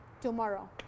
tomorrow